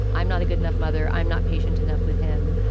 i'm not a good enough mother. i'm not patient enough with him.